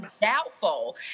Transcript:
doubtful